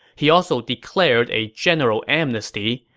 he also declared a general amnesty.